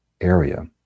area